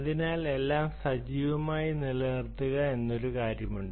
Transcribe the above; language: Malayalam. അതിനാൽ എല്ലാം സജീവമായി നിലനിർത്തുക എന്നൊരു കാര്യമുണ്ട്